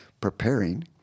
preparing